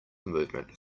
movement